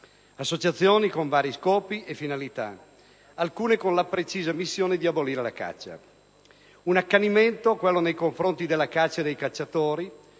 associazioni con vari scopi e finalità, alcune con la precisa missione di abolire la caccia. Un accanimento, quello nei confronti della caccia e dei cacciatori